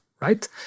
right